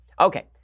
Okay